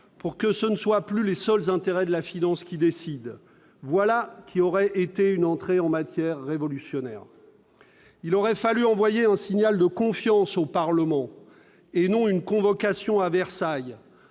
pour que ce ne soient plus les seuls intérêts de la finance qui décident. » Voilà qui aurait été une entrée en matière révolutionnaire ! Il aurait fallu adresser un signal de confiance au Parlement, et non une convocation à Versailles,